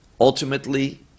ultimately